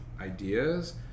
ideas